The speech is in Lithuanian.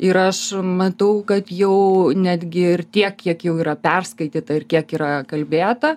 ir aš matau kad jau netgi ir tiek kiek jau yra perskaityta ir kiek yra kalbėta